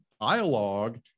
dialogue